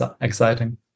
exciting